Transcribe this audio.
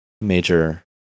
major